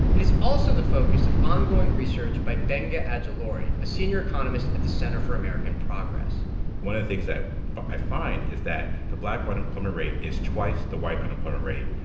it is also the focus of ongoing research by gbenga ajilore, a senior economist at the center for american progress one of the things that i find is that the black unemployment and um rate is twice the white unemployment rate.